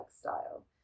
style